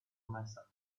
myself